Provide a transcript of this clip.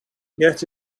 yet